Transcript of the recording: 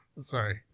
Sorry